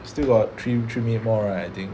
still got three three minute more right I think